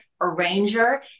arranger